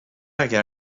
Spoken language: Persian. اگه